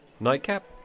Nightcap